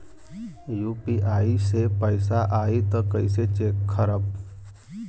UPI से पैसा आई त कइसे चेक खरब?